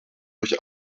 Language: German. durch